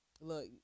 look